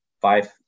five